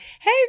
hey